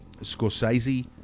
Scorsese